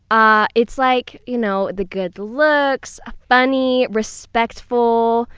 ah it's like you know the good looks, funny, respectful.